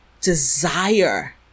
desire